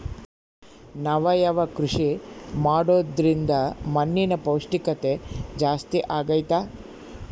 ಸಾವಯವ ಕೃಷಿ ಮಾಡೋದ್ರಿಂದ ಮಣ್ಣಿನ ಪೌಷ್ಠಿಕತೆ ಜಾಸ್ತಿ ಆಗ್ತೈತಾ?